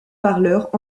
parleurs